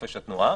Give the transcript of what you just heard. חופש התנועה.